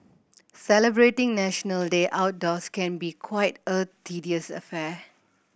celebrating National Day outdoors can be quite a tedious affair